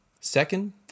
Second